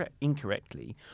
incorrectly